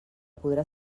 podrà